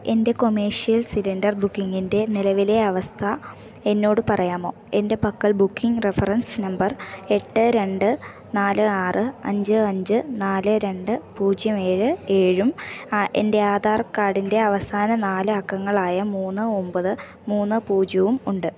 എൻ്റെ commercial cylinder ബുക്കിംഗിൻ്റെ നിലവിലെ അവസ്ഥ എന്നോടു പറയാമോ എൻ്റെ പക്കൽ ബുക്കിംഗ് റഫറൻസ് നമ്പർ എട്ട് രണ്ട് നാല് ആറ് അഞ്ച് അഞ്ച് നാല് രണ്ട് പൂജ്യം ഏഴ് ഏഴും എൻ്റെ ആധാർ കാർഡിൻ്റെ അവസാന നാല് അക്കങ്ങളായ മൂന്ന് ഒമ്പത് മൂന്ന് പൂജ്യവും ഉണ്ട്